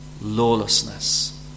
lawlessness